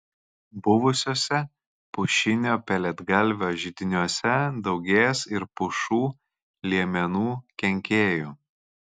buvusiuose pušinio pelėdgalvio židiniuose daugės ir pušų liemenų kenkėjų